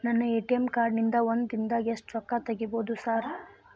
ನನ್ನ ATM card ನಿಂದಾ ಒಂದ್ ದಿಂದಾಗ ಎಷ್ಟ ರೊಕ್ಕಾ ತೆಗಿಬೋದು ಸಾರ್?